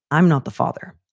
i'm not the father.